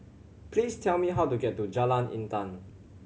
please tell me how to get to Jalan Intan